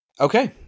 Okay